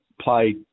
played